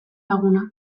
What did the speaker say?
laguna